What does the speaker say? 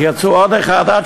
אז יצאו עוד אחד ועוד אחד,